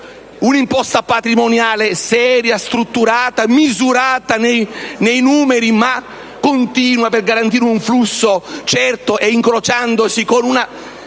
un'imposta patrimoniale seria, strutturata, misurata nei numeri, ma continua per garantire un flusso certo, da incrociarsi con la